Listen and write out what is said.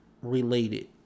related